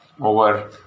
over